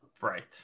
right